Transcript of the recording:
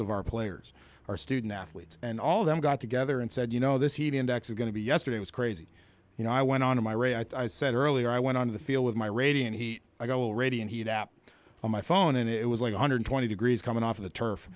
of our players are student athletes and all of them got together and said you know this heat index is going to be yesterday was crazy you know i went on to my re i said earlier i went on the field with my radiant heat i go radiant heat up on my phone and it was like one hundred twenty degrees coming off the turf